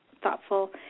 Thoughtful